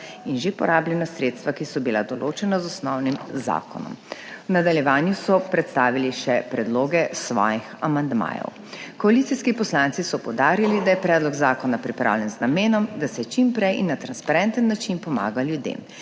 in že porabljena sredstva, ki so bila določena z osnovnim zakonom. V nadaljevanju so predstavili še predloge svojih amandmajev. Koalicijski poslanci so poudarili, da je predlog zakona pripravljen z namenom, da se čim prej in na transparenten način pomaga ljudem.